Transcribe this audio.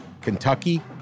Kentucky